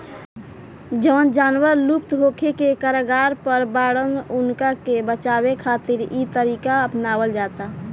जवन जानवर लुप्त होखे के कगार पर बाड़न उनका के बचावे खातिर इ तरीका अपनावल जाता